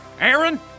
Aaron